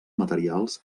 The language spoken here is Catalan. materials